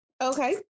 okay